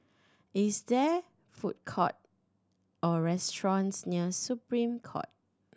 is there food court or restaurants near Supreme Court